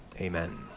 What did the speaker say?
amen